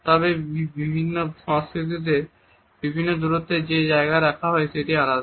তবে এই বিভিন্ন সংস্কৃতিতে বিভিন্ন দূরত্বে যে জায়গা রাখা হয় সেটি আলাদা